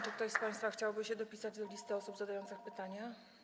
Czy ktoś z państwa chciałby się dopisać do listy osób zadających pytanie?